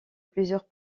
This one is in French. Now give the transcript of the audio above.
plusieurs